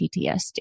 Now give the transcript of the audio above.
PTSD